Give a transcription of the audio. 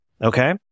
Okay